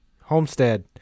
Homestead